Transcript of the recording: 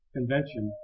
Convention